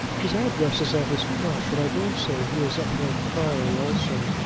his address is at his club, but i daresay he is at north priory also.